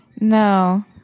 No